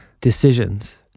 decisions